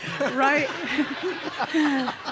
right